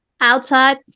outside